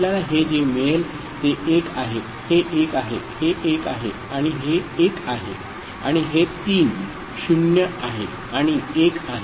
आपल्याला हे जे मिळेल ते 1 आहेहे 1 आहेहे 1 आहे आणि हे 1 आहे आणि हे 3 0 आहे आणि 1 आहे